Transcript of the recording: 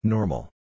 Normal